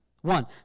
One